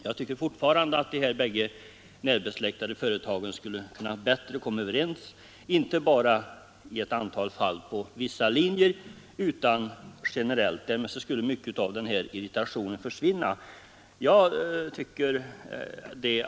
Jag tycker fortfarande att dessa båda närbesläktade företag skulle kunna komma överens bättre, inte bara i ett antal fall på vissa linjer utan generellt. Därmed skulle mycket av den irritation som nu råder försvinna.